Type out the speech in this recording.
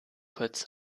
kurz